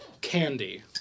Candy